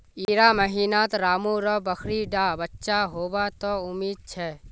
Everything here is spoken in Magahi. इड़ा महीनात रामु र बकरी डा बच्चा होबा त उम्मीद छे